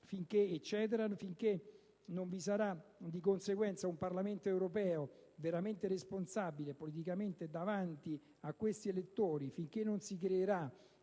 finché non vi sarà di conseguenza un Parlamento europeo veramente responsabile politicamente davanti a questi elettori, finché non si creerà